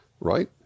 right